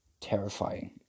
terrifying